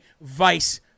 vice